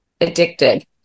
addicted